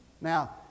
Now